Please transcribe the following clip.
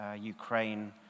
Ukraine